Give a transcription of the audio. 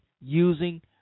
using